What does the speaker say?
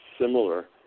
similar